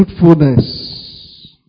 fruitfulness